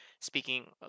speaking